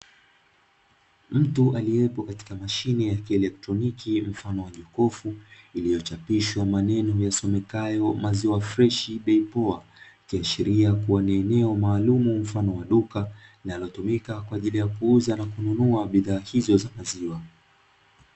Mtu aliyepo katika mashine ya kieletroniki mfano wa jokofu, iliyochapishwa maneno yasomekayo “maziwa freshi bei poa”, likiashiria kuwa ni eneo maalumu mfano wa duka, linalotumika kwa ajili ya kuuza na kununua bidhaa hizo za maziwa.